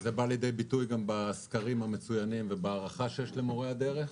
וזה בא לידי ביטוי גם בסקרים המצוינים ובהערכה שיש למורי הדרך.